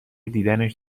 دیدنش